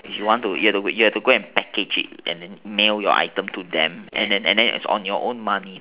if you want to you have you have to package and mail it to them and then and then it's your own money